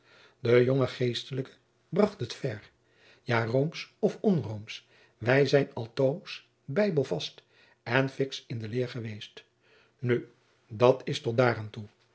de jonge geestelijke bracht het ver ja roomsch of onroomsch wij zijn altoos bijbelvast en fiksch in de jacob van lennep de pleegzoon leer geweest nu dat is tot daar aan toe